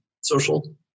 social